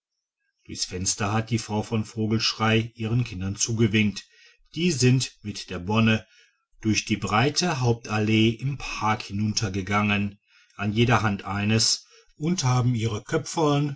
durchs fenster hat die frau von vogelschrey ihren kindern zugewinkt die sind mit der bonne durch die breite hauptallee im park hinuntergegangen an jeder hand eines und haben ihre köpferln